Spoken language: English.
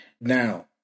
Now